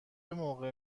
موقع